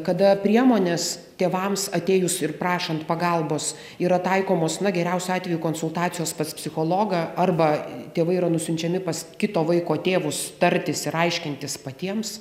kada priemonės tėvams atėjus ir prašant pagalbos yra taikomos na geriausiu atveju konsultacijos pas psichologą arba tėvai yra nusiunčiami pas kito vaiko tėvus tartis ir aiškintis patiems